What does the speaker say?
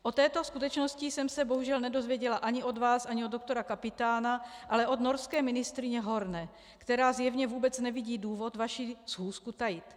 O této skutečnosti jsem se bohužel nedozvěděla ani od vás, ani od doktora Kapitána, ale od norské ministryně Horne, která zjevně vůbec nevidí důvod vaši schůzku tajit.